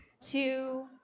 two